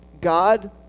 God